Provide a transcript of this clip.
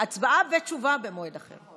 תשובה והצבעה במועד אחר.